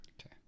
Okay